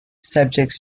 subjects